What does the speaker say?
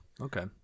okay